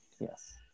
Yes